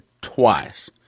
twice